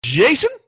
Jason